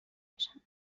بشم